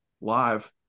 live